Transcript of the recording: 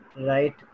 Right